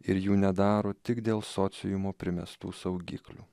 ir jų nedaro tik dėl sociumo primestų saugiklių